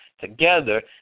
together